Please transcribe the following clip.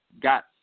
got